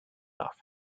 enough